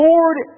Lord